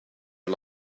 are